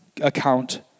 account